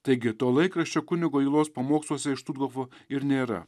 taigi to laikraščio kunigo ylos pamoksluose iš štuthofo ir nėra